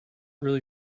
really